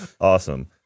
Awesome